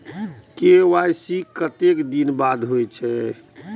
KYC कतेक दिन बाद होई छै?